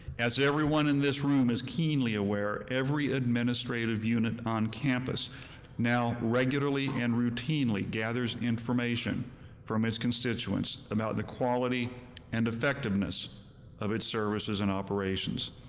as everyone in this room is keenly aware, every administrative unit on campus now regularly and routinely gathers information from its constituents about the quality and effectiveness of its and operations,